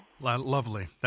Lovely